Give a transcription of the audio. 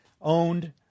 owned